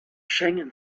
schengen